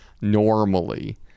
normally